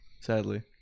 Sadly